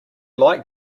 like